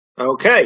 Okay